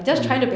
mm